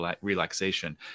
relaxation